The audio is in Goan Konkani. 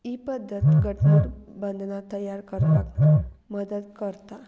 ही पद्दत घटमूट बंधनां तयार करपाक मदत करता